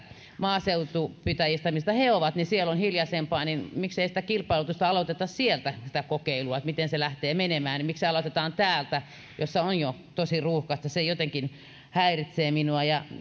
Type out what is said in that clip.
maaseutupitäjissä mistä he ovat on hiljaisempaa niin miksei sitä kilpailutusta aloiteta sieltä sitä kokeilua miten se lähtee menemään miksi se aloitetaan täältä jossa on jo tosi ruuhkaista se jotenkin häiritsee minua